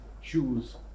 shoes